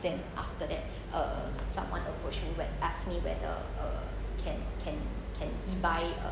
then after that uh someone approached me and asked me whether can he buy a